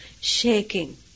shaking